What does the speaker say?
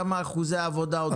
כמה אחוזי עבודה עוד יש?